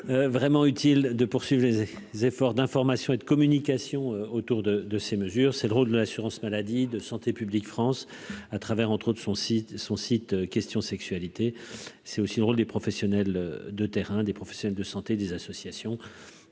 vraiment utile de poursuivre les efforts d'information et de communication autour de de ces mesures, c'est le rôle de l'assurance maladie de santé publique France à travers entre autres son site son site question sexualité c'est aussi le rôle des professionnels de terrain, des professionnels de santé, des associations,